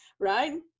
Right